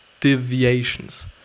deviations